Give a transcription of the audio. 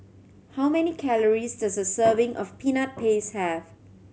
how many calories does a serving of Peanut Paste have